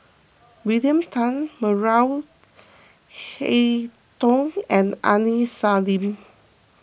William Tan Maria Hertogh and Aini Salim